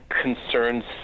concerns